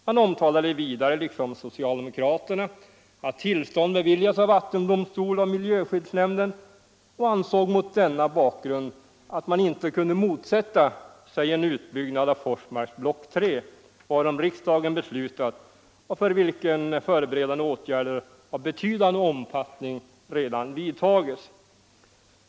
Man omtalade vidare, liksom socialdemokraterna, att tillstånd beviljats av vattendomstol och miljöskyddsnämnden och ansåg mot denna bakgrund att man inte kunde motsätta sig en utbyggnad av Forsmarks tredje block, varom riksdagen beslutat och för vilken förberedande åtgärder av betydande omfattning redan vidtagits.